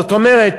זאת אומרת,